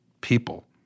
people